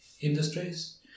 industries